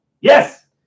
Yes